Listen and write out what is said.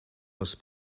les